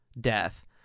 death